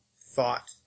thought